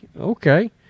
Okay